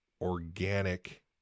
organic